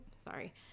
sorry